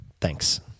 Thanks